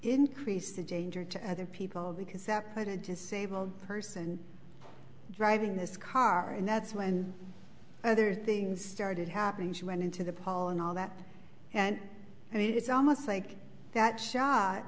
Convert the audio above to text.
increase the danger to other people because that played a disabled person driving this car and that's when other things started happening she went into the pollen all that and and it's almost like that shot